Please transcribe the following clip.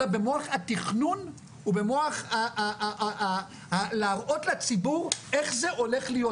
אלא במוח התכנון ובמוח להראות לציבור איך זה הולך להיות.